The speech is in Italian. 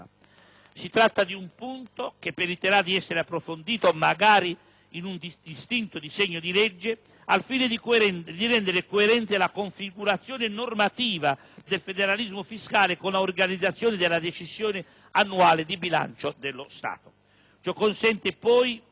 Si tratta di un punto che meriterà di essere approfondito, magari in un distinto disegno di legge, al fine di rendere coerente la configurazione normativa del federalismo fiscale con la organizzazione della decisione annuale di bilancio dello Stato. Ciò consente poi